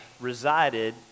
resided